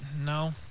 No